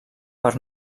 per